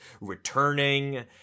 returning